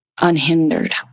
unhindered